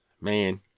man